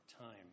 time